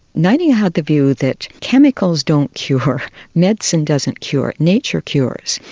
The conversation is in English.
nightingale had the view that chemicals don't cure medicine doesn't cure, nature cures,